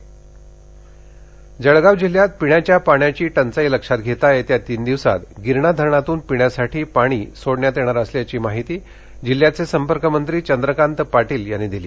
दृष्काळ दौरा जळगाव जिल्ह्यात पिण्याच्या पाण्याची टंचाई लक्षात घेता येत्या तीन दिवसात गिरणा धरणातून पिण्यासाठी पाणी सोडण्यात येणार असल्याची माहिती जिल्ह्याचे संपर्कमंत्री चंद्रकांत पाटील यांनी दिली